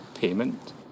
payment